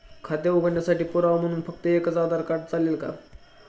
खाते उघडण्यासाठी पुरावा म्हणून फक्त एकच आधार कार्ड चालेल का?